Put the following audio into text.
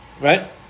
Right